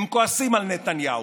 הם כועסים על נתניהו,